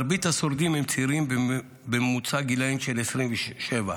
מרבית השורדים הם צעירים בממוצע גילים של 27,